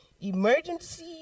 emergency